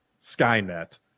Skynet